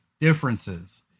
differences